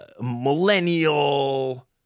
millennial